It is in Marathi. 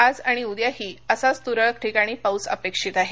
आज आणि उद्याही असाच तुरळक ठिकाणी पाऊस अपेक्षित आहे